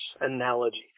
analogy